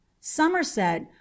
Somerset